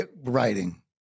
Writing